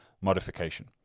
modification